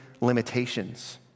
limitations